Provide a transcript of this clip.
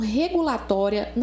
regulatória